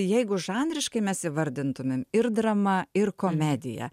jeigu žanriškai mes įvardintumėm ir drama ir komedija